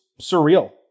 surreal